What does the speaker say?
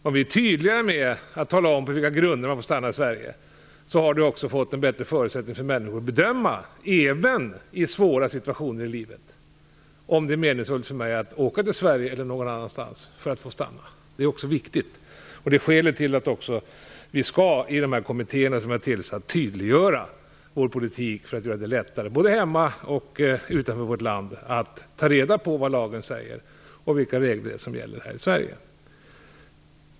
Om vi är tydligare med att tala om på vilka grunder man får stanna i Sverige, ger det också människor en bättre förutsättning att bedöma, även i svåra situationer i livet, om det är meningsfullt att åka till Sverige eller någon annanstans för att få stanna. Det är också viktigt. Det är skälet till att vi i de kommittéer som vi har tillsatt också skall tydliggöra vår politik för att göra det lättare både hemma och utanför vårt land att ta reda på vad lagen säger och vilka regler det är som gäller här i Sverige.